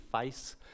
face